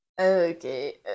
Okay